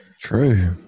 true